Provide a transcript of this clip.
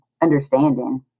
understanding